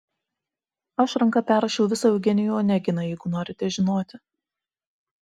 aš ranka perrašiau visą eugenijų oneginą jeigu norite žinoti